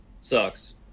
Sucks